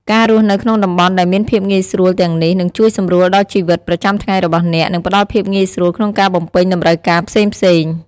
ការរស់នៅក្នុងតំបន់ដែលមានភាពងាយស្រួលទាំងនេះ នឹងជួយសម្រួលដល់ជីវិតប្រចាំថ្ងៃរបស់អ្នក និងផ្ដល់ភាពងាយស្រួលក្នុងការបំពេញតម្រូវការផ្សេងៗ។